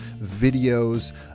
videos